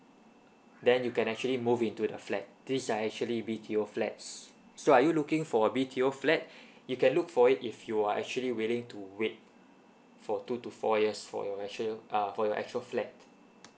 then you can actually move into the flat these are actually B_T_O flats so are you looking for a B_T_O flat you can look for it if you are actually willing to wait for two to four years for your actual uh for you actual flat